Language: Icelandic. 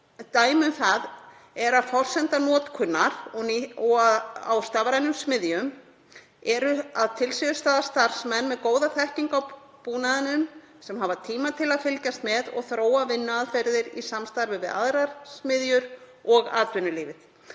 Dæmi um það er að forsenda notkunar á stafrænum smiðju er að til staðar séu starfsmenn með góða þekkingu á búnaðinum sem hafi tíma til að fylgjast með og þróa vinnuaðferðir í samstarfi við aðrar smiðjur og atvinnulífið.